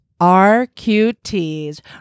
rqt's